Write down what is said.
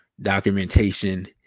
documentation